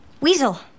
weasel